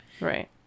right